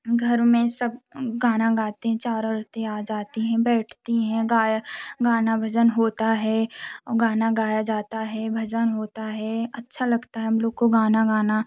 घर में सब गाना गाते चार औरतें आ जाती है गाय गाना भजन होता है वो गाना गाया जाता है भजन होता है अच्छा लगता है हम लोग को गाना गाना